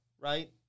right